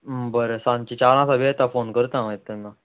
बरें सांजची चारासो येता फोन करता येता तेन्ना